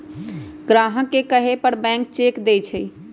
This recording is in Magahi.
ग्राहक के कहे पर बैंक चेक देई छई